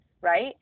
right